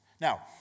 Now